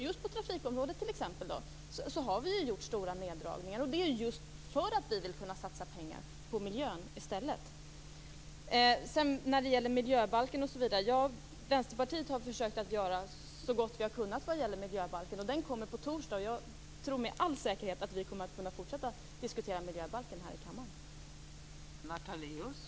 Just på exempelvis trafikområdet har vi gjort stora neddragningar för att kunna satsa pengar på miljön i stället. Vänsterpartiet har försökt att göra så gott vi har kunnat vad gäller miljöbalken. Den kommer på torsdag. Jag tror med all säkerhet att vi kommer att kunna fortsätta att diskutera miljöbalken här i kammaren.